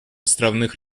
островных